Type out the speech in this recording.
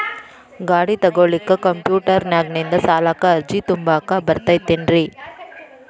ಗಾಡಿ ತೊಗೋಳಿಕ್ಕೆ ಕಂಪ್ಯೂಟೆರ್ನ್ಯಾಗಿಂದ ಸಾಲಕ್ಕ್ ಅರ್ಜಿ ತುಂಬಾಕ ಬರತೈತೇನ್ರೇ?